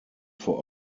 vor